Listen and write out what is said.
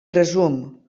resum